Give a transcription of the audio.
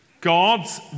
God's